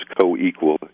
Co-equal